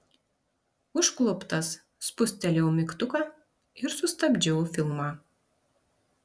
užkluptas spustelėjau mygtuką ir sustabdžiau filmą